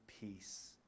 peace